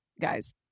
guys